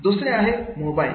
दुसरे आहे मोबाईल